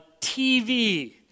TV